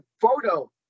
photo